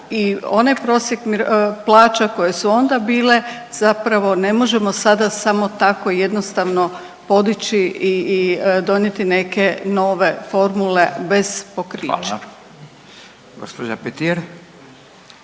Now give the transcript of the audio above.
i onaj prosjek plaća koje su onda bile zapravo ne možemo sada samo tako jednostavno podići i donijeti neke nove formule bez pokrića. **Radin, Furio